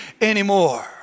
anymore